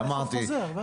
אמרתי,